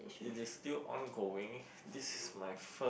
it is still ongoing this is my first